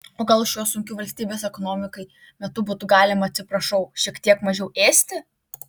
o gal šiuo sunkiu valstybės ekonomikai metu būtų galima atsiprašau šiek tiek mažiau ėsti